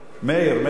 מאיר.